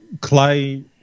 Clay